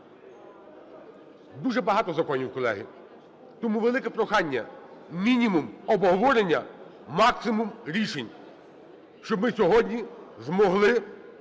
Дуже багато законів, колеги. Тому велике прохання: мінімум обговорення – максимум рішень. Щоб ми сьогодні змогли